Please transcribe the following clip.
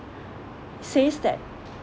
says that